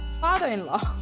father-in-law